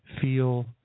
feel